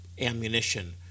ammunition